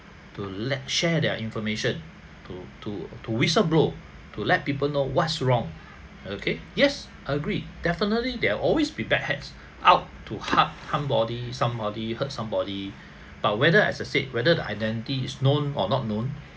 to let~ share their information to to to whistle blow to let people know what's wrong okay yes I agree definitely there are always b~ bad hats out to har~ harm body somebody hurts somebody but whether as I said whether identity is known or not known